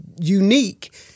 unique